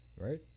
right